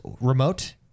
remote